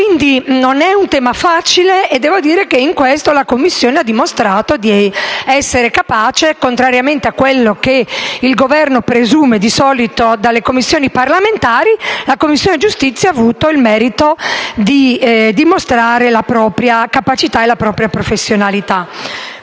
non è un tema facile e devo dire che in questo la Commissione ha dimostrato di essere capace, contrariamente a quello che il Governo presume di solito delle Commissioni parlamentari. La Commissione giustizia ha avuto quindi il merito di dimostrare le proprie capacità e professionalità.